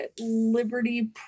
Liberty